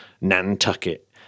Nantucket